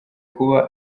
kuba